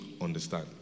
understand